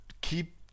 keep